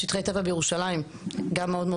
ושטחי הטבע בירושלים גם מאוד מאוד